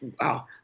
Wow